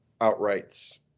outrights